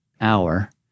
hour